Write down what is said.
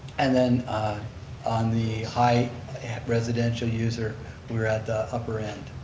and then on the high residential user we're at the upper end,